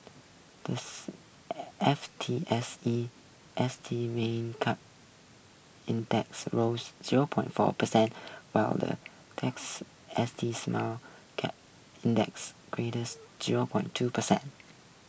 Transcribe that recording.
the F T S E S T Mid Cap Index rose zero point four percent while the next S T Small Cap next zero point two percent